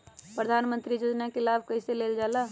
प्रधानमंत्री योजना कि लाभ कइसे लेलजाला?